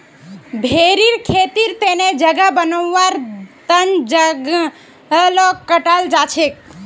भेरीर खेतीर तने जगह बनव्वार तन जंगलक काटाल जा छेक